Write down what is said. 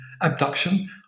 abduction